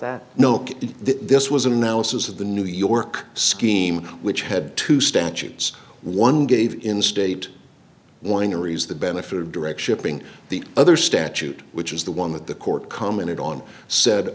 that no this was an analysis of the new york scheme which had two statutes one gave in state wineries the benefit of direct shipping the other statute which is the one that the court commented on said